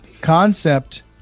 concept